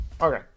Okay